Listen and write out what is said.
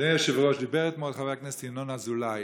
דיבר אתמול חבר הכנסת ינון אזולאי